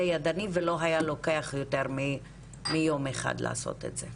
ידנית ולא היה לוקח יותר מיום אחד לעשות את זה.